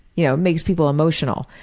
you know it makes people emotional.